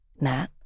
Nat